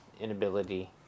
inability